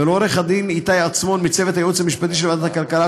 ולעורך הדין איתי עצמון מצוות הייעוץ המשפטי של ועדת הכלכלה,